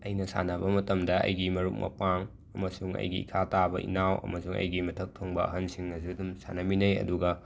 ꯑꯩꯅ ꯁꯥꯅꯕ ꯃꯇꯝꯗ ꯑꯩꯒꯤ ꯃꯔꯨꯞ ꯃꯄꯥꯡ ꯑꯃꯁꯨꯡ ꯑꯩꯒꯤ ꯏꯈꯥ ꯇꯥꯕ ꯏꯅꯥꯎ ꯑꯃꯁꯨꯡ ꯑꯩꯒꯤ ꯃꯊꯛ ꯊꯣꯡꯕ ꯑꯍꯟꯁꯤꯡꯒꯁꯨ ꯑꯗꯨꯝ ꯁꯥꯟꯅꯃꯤꯟꯅꯩ ꯑꯗꯨꯒ